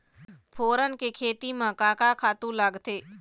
फोरन के खेती म का का खातू लागथे?